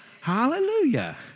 Hallelujah